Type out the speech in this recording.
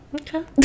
Okay